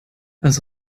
als